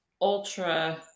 ultra